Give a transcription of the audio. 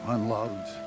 Unloved